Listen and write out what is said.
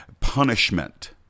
Punishment